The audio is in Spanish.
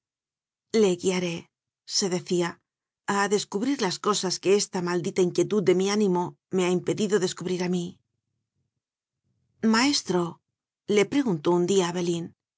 le guiaré se decíaa descubrir las cosas que esta mal dita inquietud de mi ánimo me ha impedido descubrir a mí maestro le preguntó un día abelín